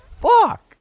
fuck